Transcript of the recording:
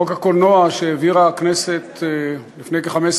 חוק הקולנוע שהעבירה הכנסת לפני כ-15